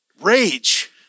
rage